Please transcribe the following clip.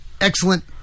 excellent